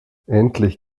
endlich